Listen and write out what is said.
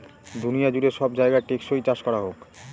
দুনিয়া জুড়ে সব জায়গায় টেকসই চাষ করা হোক